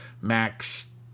Max